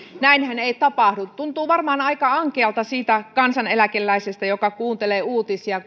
näinhän ei tapahdu tuntuu varmaan aika ankealta niistä kansaneläkeläisistä jotka kuuntelevat uutisia